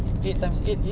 nanti ya